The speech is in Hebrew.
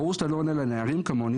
ברור שאתה לא עונה לנערים כמוני,